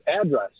address